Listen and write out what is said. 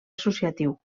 associatiu